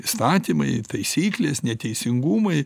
įstatymai taisyklės neteisingumai